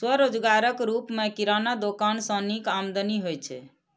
स्वरोजगारक रूप मे किराना दोकान सं नीक आमदनी होइ छै